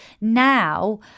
now